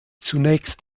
zunächst